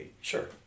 Sure